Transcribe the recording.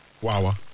Wawa